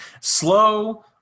Slow